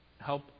help